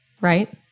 right